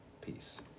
peace